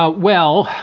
ah well,